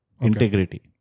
Integrity